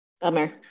Bummer